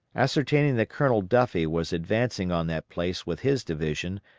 ascertaining that colonel duffie was advancing on that place with his division,